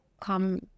come